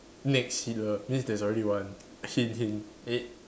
next Hitler means there's already one hint hint eh